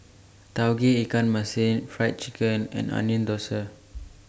Tauge Ikan Masin Fried Chicken and Onion Thosai